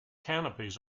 canopies